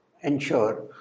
ensure